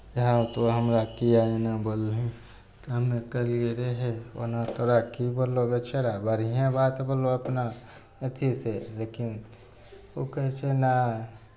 जे हँ तू हमरा किएक एना बोललही तऽ हमे कहलियै रे हे ओना तोरा की बोललौ बेचारा बढिएँ बात बोललौ अपना अथीसँ लेकिन ओ कहै छै नहि